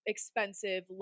expensive